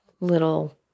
little